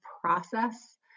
process